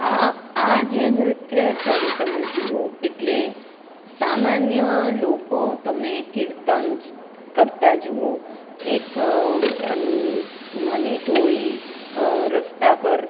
આ આ જે નૃત્ય જ્યારે તમે જુઓ એટલે સામાન્ય લોકો તમને કીર્તન કરતા જુઓ એક નાની ટોળી અ રસ્તા પર